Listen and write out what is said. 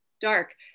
dark